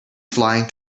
flying